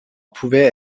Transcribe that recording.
pouvait